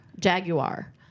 Jaguar